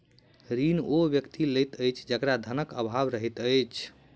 ऋण ओ व्यक्ति लैत अछि जकरा धनक आभाव रहैत छै